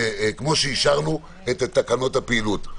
כמו שאישרנו את תקנות הפעילות.